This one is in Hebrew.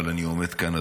אני עומד כאן,